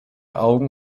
augen